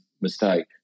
mistake